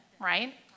right